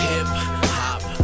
Hip-hop